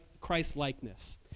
Christ-likeness